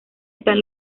están